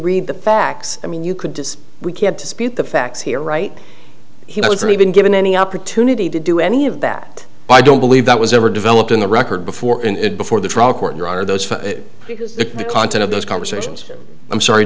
read the facts i mean you could just we can't dispute the facts here right he wasn't even given any opportunity to do any of that i don't believe that was ever developed in the record before and before the trial court there are those for the content of those conversations i'm sorry